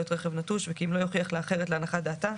רכב נטוש וכי אם לא יוכיח לה אחרת להנחת דעתה,